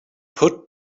put